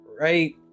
Right